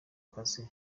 kazi